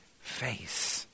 face